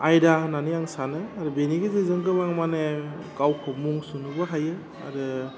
आयदा होन्नानै आं सानो आरो बेनि गेजेरजों गोबां माने गावखौ मुं सुनोबो हायो आरो